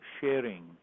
sharing